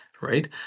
right